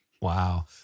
Wow